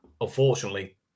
unfortunately